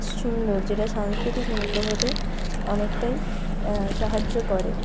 সুন্দর যেটা সাংস্কৃতিক মূল্যবোধে অনেকটাই সাহায্য করে